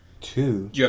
two